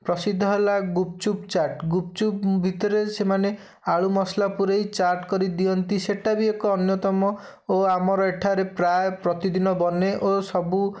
ପ୍ରସିଦ୍ଧ ହେଲା gupchup chaat gupchup ଭିତରେ ସେମାନେ ଆଳୁ ମସଲା ପୁରାଇ ଚାଟ୍ କରି ଦିଅନ୍ତି ସେଟା ବି ଏକ ଅନ୍ୟତମ ଓ ଆମର ଏଠାରେ ପ୍ରାୟ ପ୍ରତିଦିନ ବନେ ଓ ସବୁ